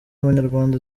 abanyarwanda